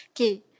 Okay